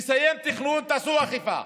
לסיים תכנון, תעשו אכיפה,